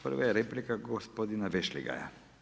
Prva je replika gospodina Vešligaja.